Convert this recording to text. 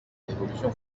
révolution